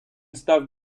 став